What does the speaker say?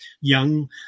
Young